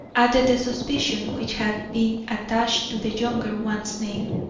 added the suspicion which had been attached to the younger one's name,